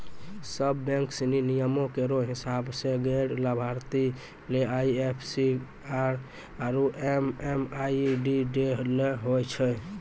सब बैंक सिनी नियमो केरो हिसाब सें गैर लाभार्थी ले आई एफ सी आरु एम.एम.आई.डी दै ल होय छै